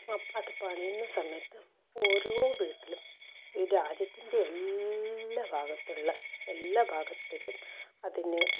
അപ്പോൾ അത് പണിയുന്ന സമയത്ത് ഓരോ വീട്ടിലും രാജ്യത്തിൻ്റെ എല്ലാ ഭാഗത്തുള്ള എല്ലാ ഭാഗത്തേക്കും അതിന്